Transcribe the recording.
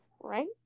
right